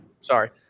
Sorry